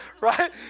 right